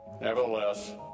Nevertheless